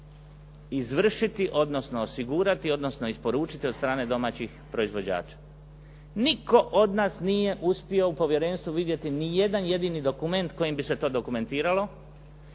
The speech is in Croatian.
izvršiti, odnosno osigurati, odnosno isporučiti od strane domaćih proizvođača. Nitko od nas nije uspio u Povjerenstvu vidjeti ni jedan jedini dokument kojim bi se to dokumentiralo.